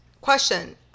Question